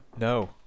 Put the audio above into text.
No